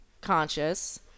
conscious